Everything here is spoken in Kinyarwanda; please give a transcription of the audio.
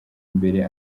imbere